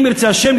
אם ירצה השם,